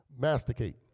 Masticate